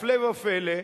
הפלא ופלא,